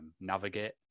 navigate